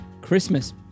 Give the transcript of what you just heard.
Christmas